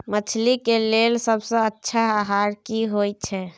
मछली के लेल सबसे अच्छा आहार की होय छै?